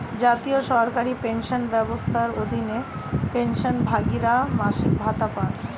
জাতীয় সরকারি পেনশন ব্যবস্থার অধীনে, পেনশনভোগীরা মাসিক ভাতা পান